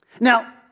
Now